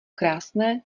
krásné